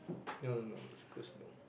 no no no East-Coast no